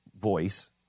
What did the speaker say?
voice